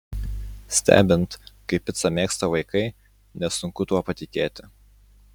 stebint kaip picą mėgsta vaikai nesunku tuo patikėti